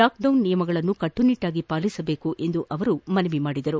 lockdown ನಿಯಮಗಳನ್ನು ಕಟ್ಟುನಿಟ್ಲಾಗಿ ಪಾಲಿಸಬೇಕು ಎಂದು ಅವರು ಮನವಿ ಮಾಡಿದರು